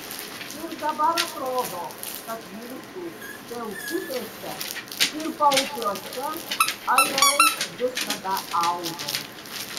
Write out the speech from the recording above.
ir dabar atrodo kad mūsų pelkutėse ir paupiuose ajerai visada augo